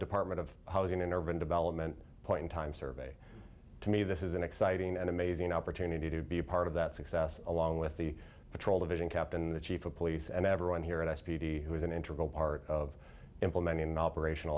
department of housing and urban development point in time survey to me this is an exciting and amazing opportunity to be a part of that success along with the patrol division captain the chief of police and everyone here and i speedy who is an integral part of implementing an operation